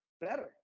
better